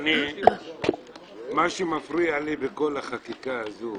מה שמפריע לי בכל החקיקה הזו